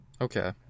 Okay